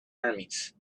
armies